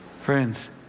Friends